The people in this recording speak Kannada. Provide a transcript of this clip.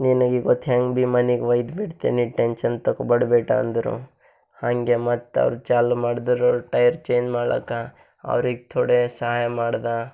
ನೀನು ಇವತ್ತು ಹೆಂಗೆ ಬಿ ಮನೆಗ್ ಒಯ್ದು ಬಿಡ್ತೇನಿ ಟೆನ್ಶನ್ ತೊಕೊಬೇಡ ಬೇಟಾ ಅಂದರು ಹಂಗೆ ಮತ್ತು ಅವ್ರು ಚಾಲು ಮಾಡ್ದ್ರು ಅವ್ರು ಟಯರ್ ಚೇಂಜ್ ಮಾಡ್ಲಾಕೆ ಅವ್ರಿಗೆ ಥೋಡೆ ಸಹಾಯ ಮಾಡ್ದೆ